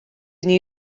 new